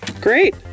Great